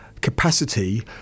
capacity